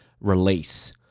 release